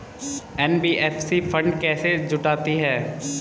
NBFC fund कैसे जुटाती है?